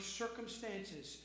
circumstances